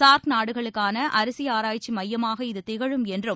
SAARC நாடுகளுக்கான அரிசி ஆராய்ச்சி மையமாக இது திகழும் என்றும்